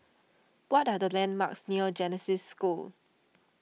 what are the landmarks near Genesis School